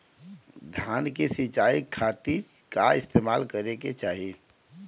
धान के सिंचाई खाती का इस्तेमाल करे के चाही?